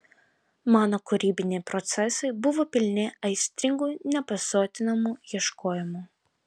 mano kūrybiniai procesai buvo pilni aistringų nepasotinamų ieškojimų